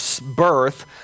birth